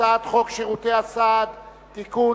הצעת חוק שירותי הסעד (תיקון,